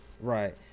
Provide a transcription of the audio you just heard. Right